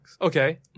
Okay